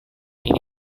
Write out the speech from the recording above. ini